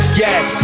yes